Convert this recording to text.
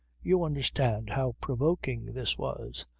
you understand how provoking this was.